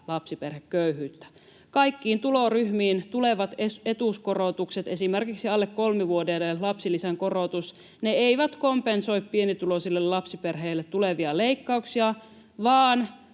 lapsiperheköyhyyttä. Kaikkiin tuloryhmiin tulevat etuuskorotukset, esimerkiksi alle kolmivuotiaiden lapsilisän korotus, eivät kompensoi pienituloisille lapsiperheille tulevia leikkauksia, vaan